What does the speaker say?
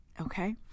Okay